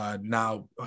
now